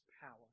power